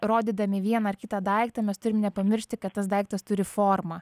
rodydami vieną ar kitą daiktą mes turime nepamiršti kad tas daiktas turi formą